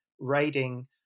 writing